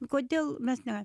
kodėl mes ne